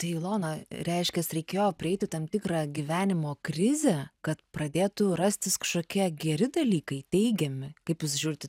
tai ilona reiškias reikėjo prieiti tam tikrą gyvenimo krizę kad pradėtų rastis kažkokie geri dalykai teigiami kaip jūs žiūrit į